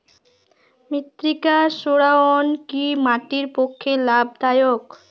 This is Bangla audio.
মৃত্তিকা সৌরায়ন কি মাটির পক্ষে লাভদায়ক?